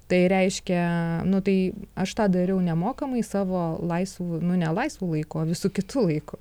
tai reiškia nu tai aš tą dariau nemokamai savo laisvu nu ne laisvu laiku o visu kitu laiku